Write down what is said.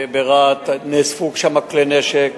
ברהט, נאספו שם כלי נשק.